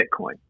Bitcoin